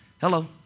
Hello